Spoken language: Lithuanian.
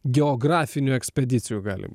geografinių ekspedicijų galim